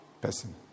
person